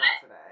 today